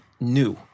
new